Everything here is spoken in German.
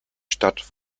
stadt